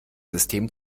system